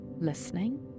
listening